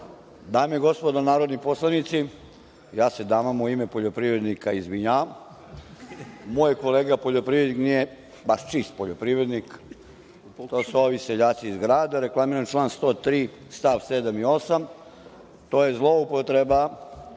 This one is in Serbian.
i gospodo narodni poslanici, ja se damama u ime poljoprivrednika izvinjavam. Moj kolega poljoprivrednik nije baš čist poljoprivrednik. To su ovi seljaci iz grada. Reklamiram član 103. st. 7. i 8. To je zloupotreba